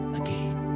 again